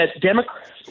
Democrats